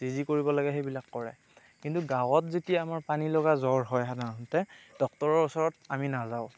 যি যি কৰিব লাগে সেইবিলাক কৰে কিন্তু গাঁৱত যেতিয়া আমাৰ পানীলগা জ্বৰ হয় সাধাৰণতে ডক্টৰৰ ওচৰত আমি নাযাওঁ